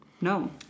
No